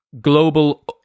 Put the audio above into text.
global